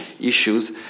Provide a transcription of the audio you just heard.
issues